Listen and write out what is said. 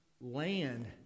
land